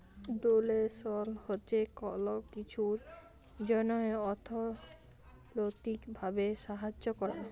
ডোলেসল হছে কল কিছুর জ্যনহে অথ্থলৈতিক ভাবে সাহায্য ক্যরা